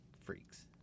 freaks